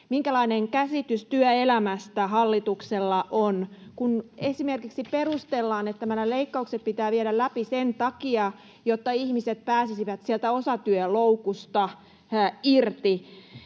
minkälainen käsitys työelämästä hallituksella on, kun esimerkiksi perustellaan, että nämä leikkaukset pitää viedä läpi sen takia, että ihmiset pääsisivät sieltä osatyöloukusta irti.